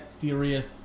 serious